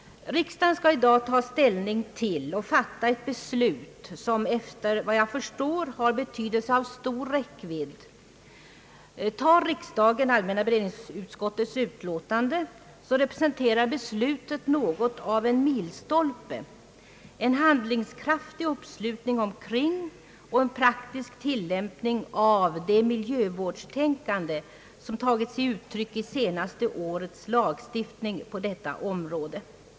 Riksdagen skall i dag ta ställning till och fatta ett beslut som efter vad jag förstår har betydelse av stor räckvidd. Tar riksdagen allmänna beredningsutskottets utlåtande representerar beslutet något av en milstolpe, en handlingskraftig uppslutning kring och en praktisk tillämpning av det miljövårdstänkande, som tagit sig uttryck i senaste årets lagstiftning på detta område.